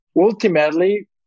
ultimately